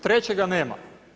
Trećega nema.